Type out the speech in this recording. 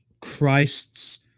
Christ's